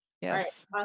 Yes